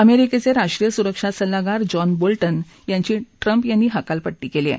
अमेरिकेचे राष्ट्रीय सुरक्षा सल्लागार जॉन बोलटन यांची ट्रम्प यांनी हक्कलपट्टी केली आहे